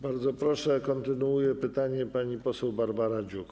Bardzo proszę, kontynuuje pytanie pani poseł Barbara Dziuk.